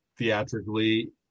theatrically